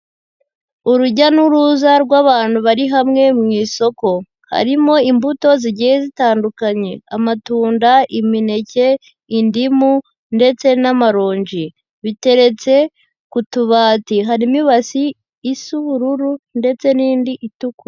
Urujya n'uruza rw'abantu bari hamwe mu isoko, harimo imbuto zigiye zitandukanye amatunda, imineke, indimu ndetse n'amaronji, biteretse ku tubati harimo ibasi isa ubururu ndetse n'indi itukura.